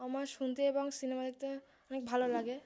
আমার শুনতে এবং সিনেমা দেখতে অনেক ভালো লাগে